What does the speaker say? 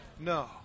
No